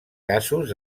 casos